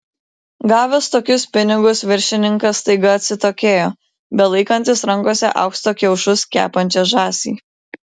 gavęs tokius pinigus viršininkas staiga atsitokėjo belaikantis rankose aukso kiaušus kepančią žąsį